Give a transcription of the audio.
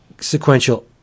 sequential